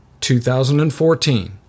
2014